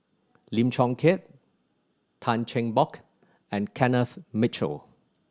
Lim Chong Keat Tan Cheng Bock and Kenneth Mitchell